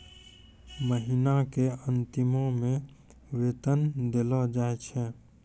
महिना के अंतिमो मे वेतन देलो जाय छै